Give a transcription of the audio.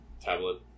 tablet